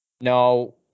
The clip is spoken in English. no